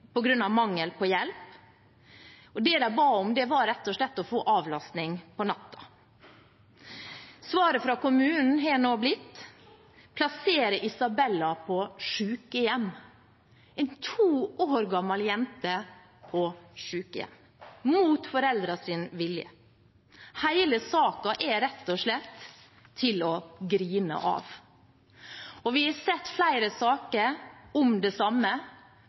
mangel på hjelp, og det de ba om, var rett og slett å få avlastning om natten. Svaret fra kommunen har nå blitt å plassere Isabella på sykehjem – en to år gammel jente på sykehjem – mot foreldrenes vilje. Hele saken er rett og slett til å grine av. Vi har sett flere saker om det samme: